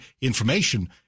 information